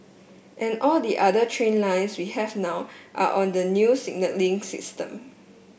and all the other train lines we have now are on the new signalling system